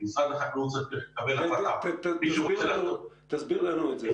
תסביר לנו את זה.